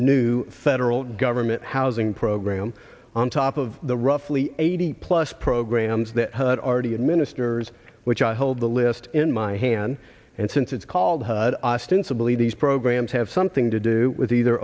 new federal government housing program on top of the roughly eighty plus programs that hud already administers which i hold the list in my hand and since it's called ostensibly these programs have something to do with either